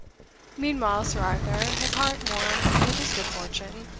meanwhile sir arthur, his heart warm with his good fortune,